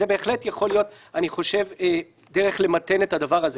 זו בהחלט יכולה להיות דרך למתן את הדבר הזה.